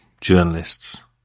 journalists